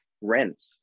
Rent